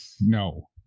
no